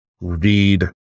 read